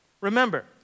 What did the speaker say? Remember